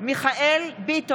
מיכאל מרדכי ביטון,